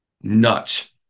nuts